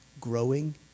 growing